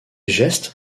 gestes